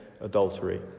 adultery